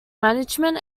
management